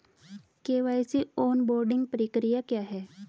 KYC onboarding प्रक्रिया क्या है?